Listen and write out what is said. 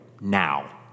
now